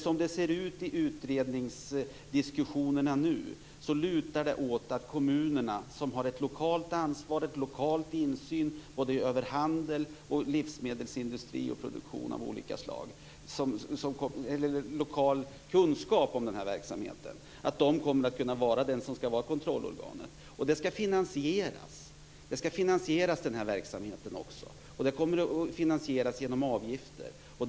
Som det ser ut i utredningsdiskussionerna nu lutar det åt att kommunerna, som har lokal kunskap om både handel, livsmedelsindustri och produktion av olika slag kommer att kunna vara de som skall vara kontrollorgan. Verksamheten skall också finansieras. Den kommer att finansieras genom avgifter.